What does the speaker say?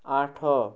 ଆଠ